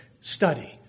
Study